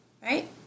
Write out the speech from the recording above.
right